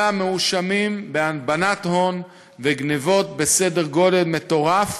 אלא מואשמים בהלבנת הון, בגנבות בסדר גודל מטורף